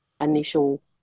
initial